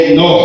no